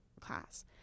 class